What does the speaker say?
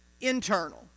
internal